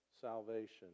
salvation